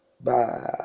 Bye